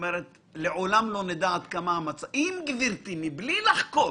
גברתי, אם מבלי לחקור,